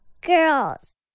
girls